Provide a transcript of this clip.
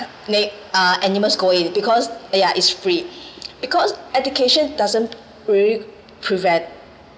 ni~ uh animals go in because yeah is free because education doesn't really prevent